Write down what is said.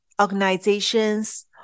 organizations